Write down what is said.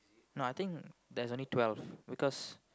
no I think there's only twelve because